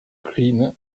green